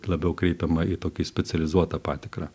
labiau kreipiama į tokį specializuotą patikrą